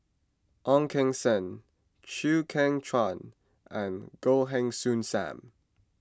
Ong Keng Sen Chew Kheng Chuan and Goh Heng Soon Sam